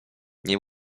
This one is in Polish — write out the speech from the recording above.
nie